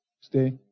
stay